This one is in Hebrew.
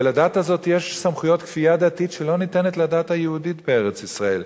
ולדת הזאת יש סמכויות כפייה דתית שלא ניתנת לדת היהודית בארץ-ישראל.